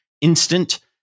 instant